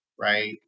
right